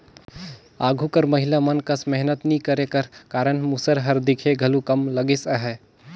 आघु कर महिला मन कस मेहनत नी करे कर कारन मूसर हर दिखे घलो कम लगिस अहे